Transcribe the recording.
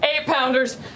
eight-pounders